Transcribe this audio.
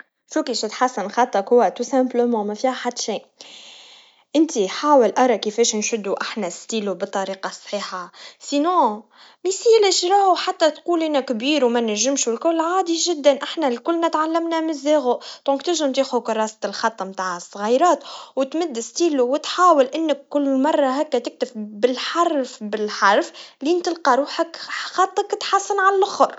شو كيش تحسن خطك, ببساطة ما في احد شي, انت حاول ارى كيفاش نشدوا احنا القلم بطريقا صحيحا, أما كانش ميسالش راو حتى تقول انا كبير وما نجمش والكل عادي جدا احنا الكلنا تعلمنا من الصفر اذا تنجم تاخو كراسة الخط تاع الصغيرات وتمد القلم وتحاول هكة كل مرة تكتب بالحرف بالحرف لين تلقا روحك